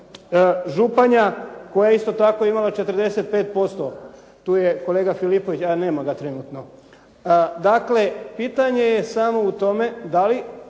Županja koja je isto tako imala 45%, tu je kolega Filipović, nema ga trenutno. Dakle, pitanje je samo u tome da li